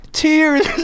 tears